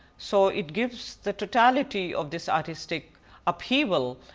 so it gives the totality of this artistic upheaval,